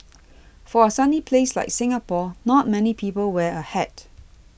for a sunny place like Singapore not many people wear a hat